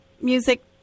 music